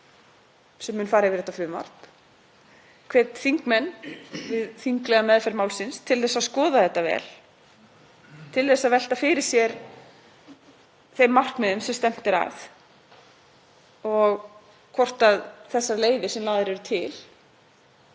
sem mun fara yfir þetta frumvarp, og þingmenn við þinglega meðferð málsins, til að skoða þetta vel, til að velta fyrir sér þeim markmiðum sem stefnt er að og hvort þær leiðir sem lagðar eru til